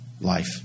life